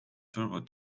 turbo